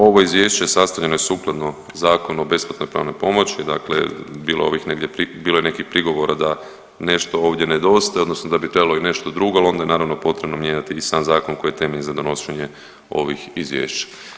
Ovo izvješće sastavljeno je sukladno Zakonu o besplatnoj pravnoj pomoći, dakle bilo je ovih, bilo je nekih prigovora da nešto ovdje nedostaje odnosno da bi trebalo i nešto drugo, ali onda je naravno potrebno mijenjati i sam zakon koji je temelj za donošenje ovih izvješća.